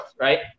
right